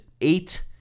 eight